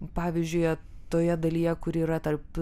pavyzdžiuje toje dalyje kur yra tarp